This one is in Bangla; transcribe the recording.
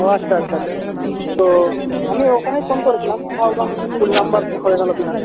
ও আচ্ছা আচ্ছা আচ্ছা তো আমি ওখানেই ফোন করেছিলাম ভাবলাম ভুল নাম্বার হয়ে গেল কি না